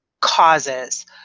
causes